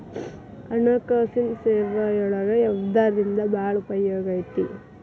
ಹಣ್ಕಾಸಿನ್ ಸೇವಾಗಳೊಳಗ ಯವ್ದರಿಂದಾ ಭಾಳ್ ಉಪಯೊಗೈತಿ?